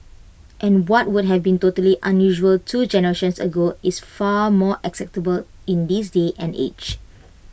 and what would have been totally unusual two generations ago is far more acceptable in this day and age